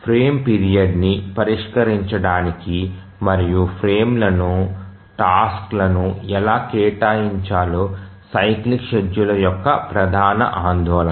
frame పీరియడ్ని పరిష్కరించడానికి మరియు ఫ్రేమ్లకు టాస్క్ లను ఎలా కేటాయించాలో సైక్లిక్ షెడ్యూలర్ల యొక్క ప్రధాన ఆందోళన